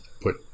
put